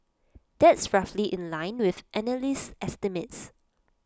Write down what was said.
that's roughly in line with analyst estimates